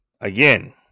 again